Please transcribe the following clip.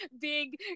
big